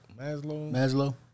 Maslow